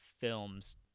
films